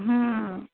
હં